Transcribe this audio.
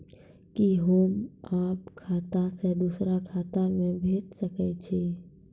कि होम आप खाता सं दूसर खाता मे भेज सकै छी?